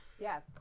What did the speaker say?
Yes